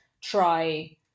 try